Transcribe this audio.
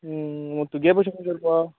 तुगे बशीन करपा